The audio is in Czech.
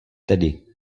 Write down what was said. tedy